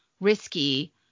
risky